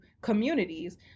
communities